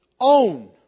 own